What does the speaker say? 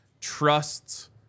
trusts